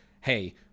hey